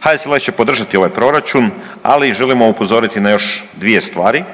HSLS će podržati ovaj Proračun, ali i želimo upozoriti na još dvije stvari.